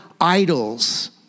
idols